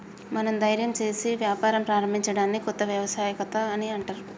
మనం ధైర్యం సేసి వ్యాపారం ప్రారంభించడాన్ని కొత్త వ్యవస్థాపకత అని అంటర్